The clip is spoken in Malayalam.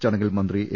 ചടങ്ങിൽ മന്ത്രി എ